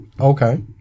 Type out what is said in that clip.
Okay